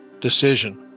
decision